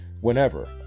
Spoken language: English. Whenever